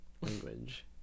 language